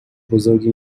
بزرگی